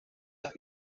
las